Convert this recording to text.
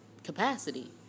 capacity